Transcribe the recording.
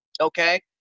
Okay